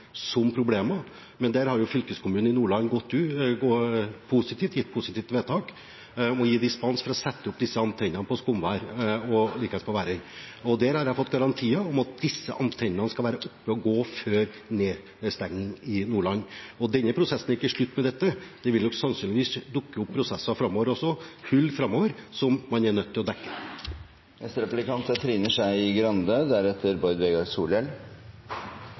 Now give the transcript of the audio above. som problemer, men der har jo fylkeskommunen i Nordland gitt positivt vedtak om å gi dispens for å sette opp disse antennene på Skomvær og likeens på Værøy. Der har jeg fått garantier om at disse antennene skal være oppe og gå før nedstengning i Nordland. Denne prosessen er ikke slutt med dette, det vil sannsynligvis dukke opp prosesser framover også, «hull» som man er nødt til å